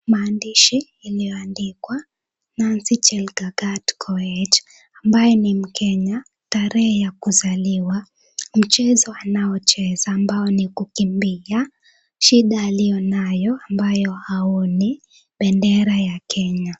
Maandishi iliyoandikwa Nancy Chelgagat Koech, ambaye ni mkenya, tarehe ya kuzaliwa, mchezo anaocheza ambao ni kukimbia, shida aliyo nayo ambayo ni haoni, bendera ya Kenya.